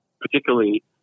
particularly